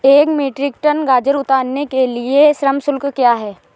एक metric tonne गाजर उतारने के लिए श्रम शुल्क क्या है?